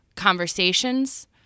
conversations